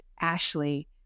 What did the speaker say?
ashley